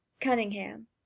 cunningham